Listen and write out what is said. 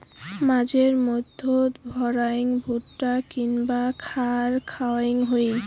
মাঝে মইধ্যে ভ্যাড়াক ভুট্টা কিংবা খ্যার খাওয়াং হই